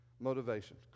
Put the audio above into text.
Motivation